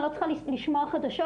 אני לא צריכה לשמוע חדשות,